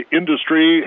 industry